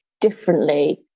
differently